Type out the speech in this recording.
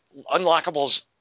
unlockables